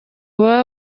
baba